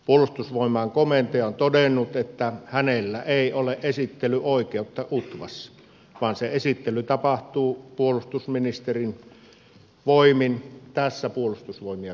puolustusvoimain komentaja on todennut että hänellä ei ole esittelyoikeutta utvassa vaan se esittely tapahtuu puolustusministerin voimin tässä puolustusvoimia koskevassa asiassa